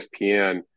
ESPN